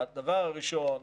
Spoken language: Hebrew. הדבר הראשון,